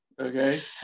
Okay